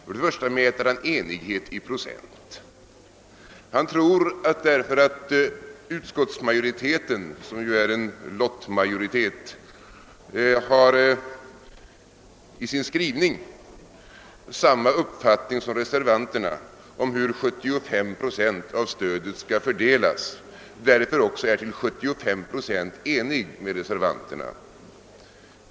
Först och främst mäter han enighet i procent. Han tror att därför att utskottsmajoriteten — som ju är en lottmajoritet — i sin skrivning företräder samma uppfattning som reservanterna om hur 75 procent av stödet skall fördelas, så är utskottsmajoriteten också till 75 procent enig med reservanterna.